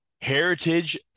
heritage